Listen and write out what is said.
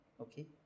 Okay